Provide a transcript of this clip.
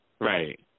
Right